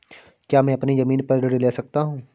क्या मैं अपनी ज़मीन पर ऋण ले सकता हूँ?